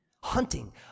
hunting